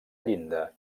llinda